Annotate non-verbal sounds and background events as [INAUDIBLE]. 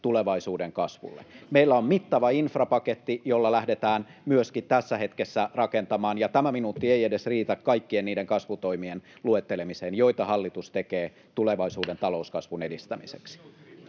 Koska se on laki!] Meillä on mittava infrapaketti, jolla lähdetään myöskin tässä hetkessä rakentamaan. Ja tämä minuutti ei edes riitä kaikkien niiden kasvutoimien luettelemiseen, joita hallitus tekee tulevaisuuden [NOISE] talouskasvun edistämiseksi.